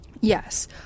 Yes